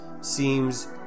seems